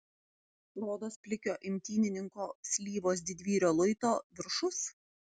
rodos plikio imtynininko slyvos didvyrio luito viršus